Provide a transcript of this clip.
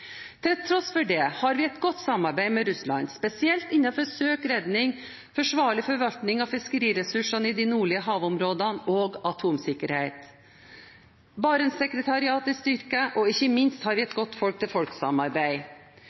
Til tross for det har vi et godt samarbeid med Russland, spesielt innenfor søk/redning, forsvarlig forvaltning av fiskeriressursene i de nordlige havområdene og atomsikkerhet. Barentssekretariatet er styrket, og ikke minst har vi et godt